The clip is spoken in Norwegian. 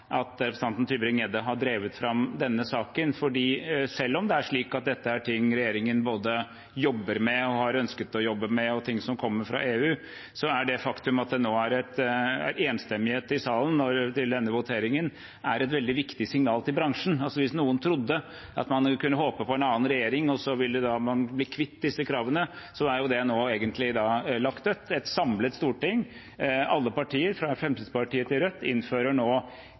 har ønsket å jobbe med, og ting som kommer fra EU, er det faktum at det er enstemmighet i salen til denne voteringen, et veldig viktig signal til bransjen. Hvis noen trodde man kunne håpe på en annen regjering, og så ville man bli kvitt disse kravene, er det nå lagt dødt. Et samlet storting – alle partier, fra Fremskrittspartiet til Rødt – innfører nå